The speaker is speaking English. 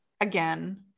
again